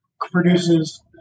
produces